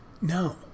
no